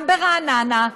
גם ברעננה,